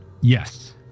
Yes